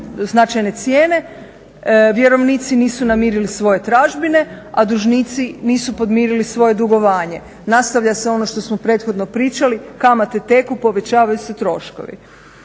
značajne cijene, vjerovnici nisu namirili svoje tražbine, a dužnici nisu podmirili svoje dugovanje. Nastavlja se ono što smo prethodno pričali, kamate teku, povećavaju se troškovi.